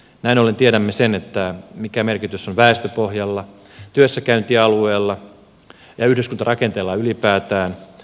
näin ollen tiedämme sen mikä merkitys on väestöpohjalla työssäkäyntialueella ja yhdyskuntarakenteella ylipäätään